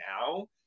now